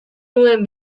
nuen